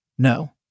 No